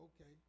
okay